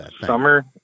summer